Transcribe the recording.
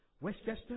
Westchester